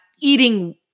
eating